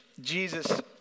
Jesus